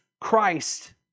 Christ